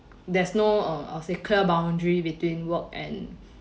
there's no uh I'd say clear boundary between work and